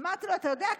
אמרתי לו: אתה יודע,